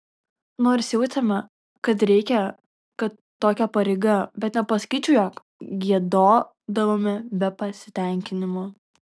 nors jautėme kad reikia kad tokia pareiga bet nepasakyčiau jog giedodavome be pasitenkinimo